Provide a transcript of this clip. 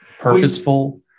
purposeful